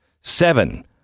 Seven